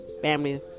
Family